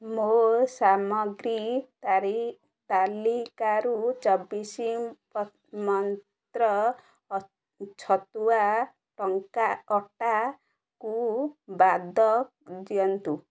ମୋ ସାମଗ୍ରୀ ତାଲିକାରୁ ଚବିଶ ମନ୍ତ୍ର ଛତୁଆ ଟଙ୍କା କଟାକୁ ବାଦ ଦିଅନ୍ତୁ